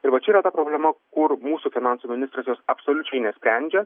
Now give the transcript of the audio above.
ir va čia yra ta problema kur mūsų finansų ministras jos absoliučiai nesprendžia